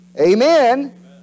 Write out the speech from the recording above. Amen